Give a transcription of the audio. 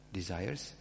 desires